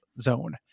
zone